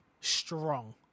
Strong